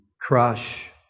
crush